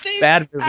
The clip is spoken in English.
Bad